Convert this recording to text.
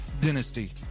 dynasty